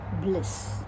bliss